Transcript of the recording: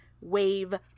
wave